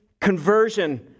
conversion